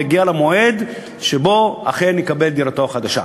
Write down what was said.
והוא יגיע למועד שבו אכן יקבל את דירתו החדשה.